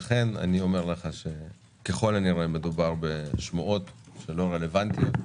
לכן ככל הנראה מדובר בשמועות לא רלוונטיות.